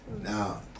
now